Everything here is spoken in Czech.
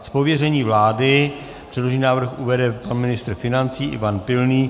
Z pověření vlády předložený návrh uvede pan ministr financí Ivan Pilný.